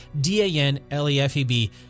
D-A-N-L-E-F-E-B